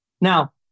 Now